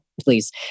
please